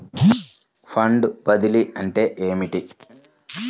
Fund బదిలీ అంటే ఏమిటి?